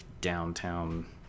downtown